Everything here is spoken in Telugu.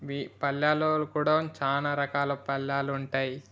ఇవి పళ్ళేలలో కూడా చాలా రకాల పళ్ళేలు ఉంటాయి